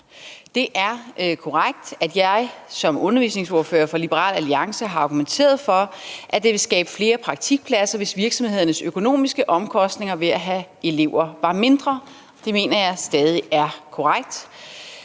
Det er korrekt, at jeg som undervisningsordfører for Liberal Alliance har argumenteret for, at det ville skabe flere praktikpladser, hvis virksomhedernes økonomiske omkostninger ved at have elever var mindre, og det mener jeg stadig er korrekt.